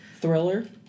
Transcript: Thriller